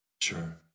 Sure